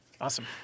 Awesome